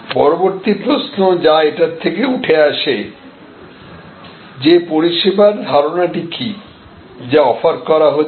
পরবর্তী প্রশ্ন যা এটা থেকে উঠে আসে যে পরিষেবার ধারণা টি কি যা অফার করা হচ্ছে